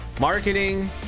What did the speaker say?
marketing